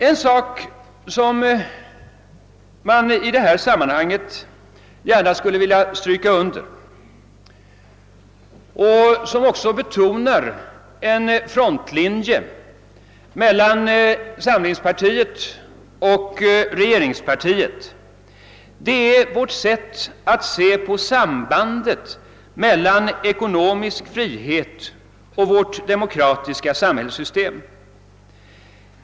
En sak som jag i det sammanhanget gärna vill understryka — och som också betecknar en frontlinje mellan samlingspartiet och regeringspartiet — är vårt sätt att se på sambandet mellan ekonomisk frihet och vårt demokratiska samhällssystem.